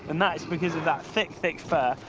and that is because of that thick, thick fur,